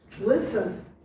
listen